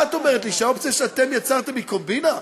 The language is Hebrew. מה את אומרת לי, שהאופציה שאתם יצרתם היא קומבינה?